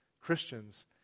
Christians